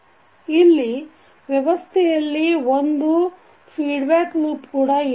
ಇಲ್ಲಿ ವ್ಯವಸ್ಥೆಯಲ್ಲಿ ಒಂದು ಫೀಡ್ಬ್ಯಾಕ್ ಲೂಪ್ ಕೂಡ ಇದೆ